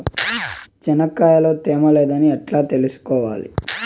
చెనక్కాయ లో తేమ లేదని ఎట్లా తెలుసుకోవాలి?